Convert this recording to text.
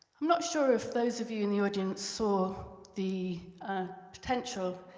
i'm not sure if those of you in the audience saw the potential,